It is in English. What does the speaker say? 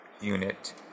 unit